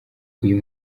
uyu